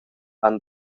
han